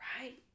Right